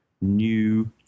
new